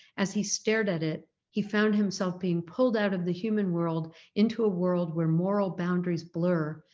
as he stared at it he found himself being pulled out of the human world into a world where moral boundaries blur,